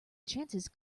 chances